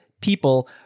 people